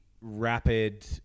rapid